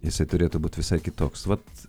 jisai turėtų būt visai kitoks vat